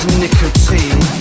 nicotine